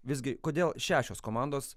visgi kodėl šešios komandos